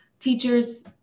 teachers